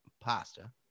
pasta